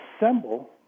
assemble